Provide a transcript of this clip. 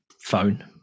phone